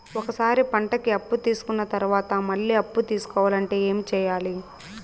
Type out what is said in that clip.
ఒక సారి పంటకి అప్పు తీసుకున్న తర్వాత మళ్ళీ అప్పు తీసుకోవాలంటే ఏమి చేయాలి?